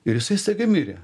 ir jisai staiga mirė